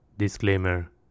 Disclaimer